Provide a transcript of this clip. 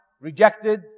rejected